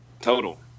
total